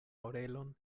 orelon